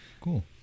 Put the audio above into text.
Cool